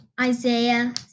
Isaiah